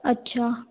अच्छा